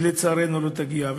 שלצערנו היא לא תגיע.